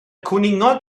cwningod